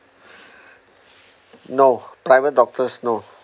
no private doctors no